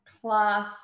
class